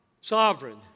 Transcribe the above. sovereign